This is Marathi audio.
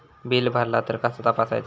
बिल भरला तर कसा तपसायचा?